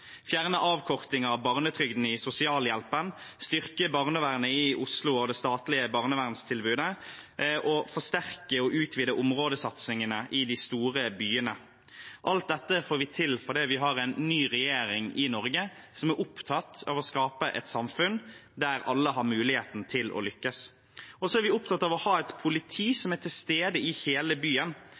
fjerne avkortningen av barnetrygden i sosialhjelpen, styrke barnevernet i Oslo og det statlige barneverntilbudet og forsterke og utvide områdesatsingene i de store byene. Alt dette får vi til fordi vi har en ny regjering i Norge, som er opptatt av å skape et samfunn der alle har muligheten til å lykkes. Så er vi opptatt av å ha et politi som er til stede i hele byen,